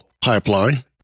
pipeline